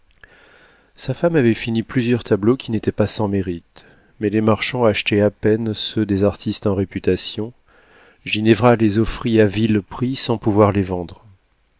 sa femme avait fini plusieurs tableaux qui n'étaient pas sans mérite mais les marchands achetaient à peine ceux des artistes en réputation ginevra les offrit à vil prix sans pouvoir les vendre